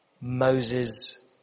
Moses